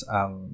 ang